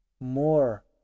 more